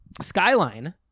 Skyline